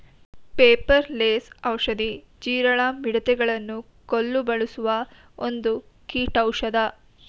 ಪೆಪಾರ ಲೆಸ್ ಔಷಧಿ, ಜೀರಳ, ಮಿಡತೆ ಗಳನ್ನು ಕೊಲ್ಲು ಬಳಸುವ ಒಂದು ಕೀಟೌಷದ